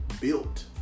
built